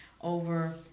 over